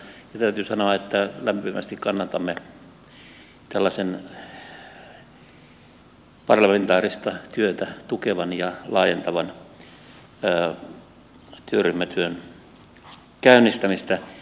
täytyy sanoa että lämpimästi kannatamme tällaisen parlamentaarista työtä tukevan ja laajentavan työryhmätyön käynnistämistä